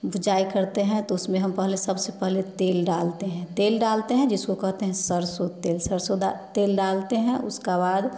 भूजाई करते हैं तो उसमें हम पहले सबसे पहले तेल डालते हैं तेल डालते हैं जिसको कहते हैं सरसो तेल सरसों तेल डालते हैं उसका बाद